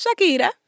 Shakira